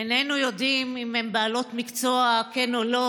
איננו יודעים אם הן בעלות מקצוע כן או לא,